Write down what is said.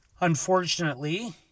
unfortunately